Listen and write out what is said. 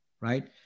right